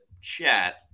chat